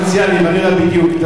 ואני יודע בדיוק את הצרכים.